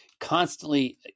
constantly